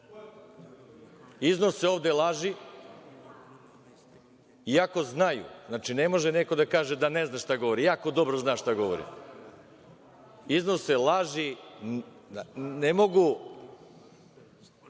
Iznose ovde laži, iako znaju, ne može neko da kaže da ne zna šta govori, jako dobro zna šta govori, iznose laži. U narodu